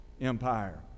Empire